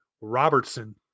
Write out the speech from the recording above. Robertson